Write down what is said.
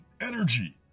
energy